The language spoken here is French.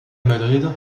madrid